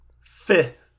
Fit